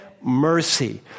mercy